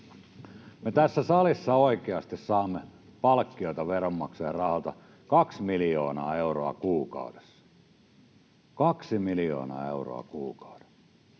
Me tässä salissa oikeasti saamme palkkioita veronmaksajien rahoista kaksi miljoonaa euroa kuukaudessa — kaksi miljoonaa euroa kuukaudessa.